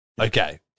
Okay